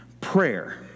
Prayer